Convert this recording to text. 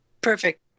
perfect